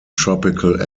tropical